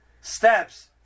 steps